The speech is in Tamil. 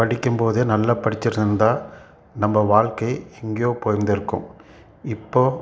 படிக்கும்போதே நல்லா படிச்சிருந்தா நம்ம வாழ்க்கை எங்கேயோ போயிருந்திருக்கும் இப்போது